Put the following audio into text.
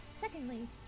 Secondly